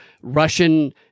Russian